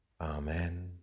Amen